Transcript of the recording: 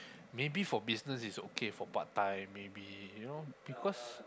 maybe for business is okay for part time maybe you know because